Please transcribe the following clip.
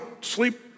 sleep